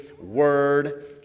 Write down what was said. word